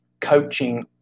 coaching